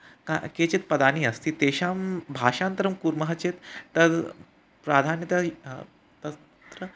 क केचित् पदानि अस्ति तेषां भाषान्तरं कुर्मः चेत् तद् प्राधान्यतया तत्र